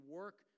work